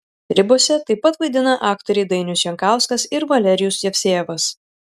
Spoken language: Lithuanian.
ribose taip pat vaidina aktoriai dainius jankauskas ir valerijus jevsejevas